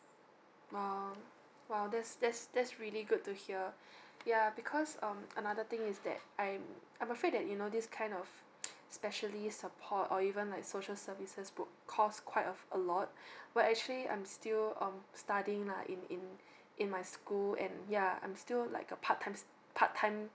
!wow! !wow! that's that's that's really good to hear yeah because um another thing is that I'm I'm afraid that you know this kind of specially support or even like social services would cost quite of a lot but actually I'm still um studying lah in in in my school and yeah I'm still like a part time part time